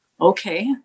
okay